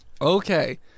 Okay